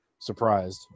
surprised